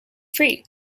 free